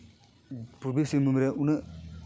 ᱯᱩᱨᱵᱤ ᱥᱤᱝᱵᱷᱩᱢ ᱨᱮ ᱩᱱᱟᱹᱜ